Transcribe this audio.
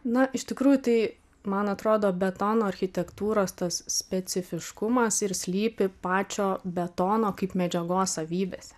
na iš tikrųjų tai man atrodo betono architektūros tas specifiškumas ir slypi pačio betono kaip medžiagos savybėse